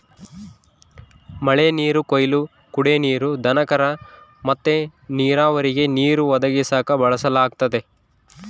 ಮಳೆನೀರು ಕೊಯ್ಲು ಕುಡೇ ನೀರು, ದನಕರ ಮತ್ತೆ ನೀರಾವರಿಗೆ ನೀರು ಒದಗಿಸಾಕ ಬಳಸಲಾಗತತೆ